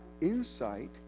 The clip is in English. insight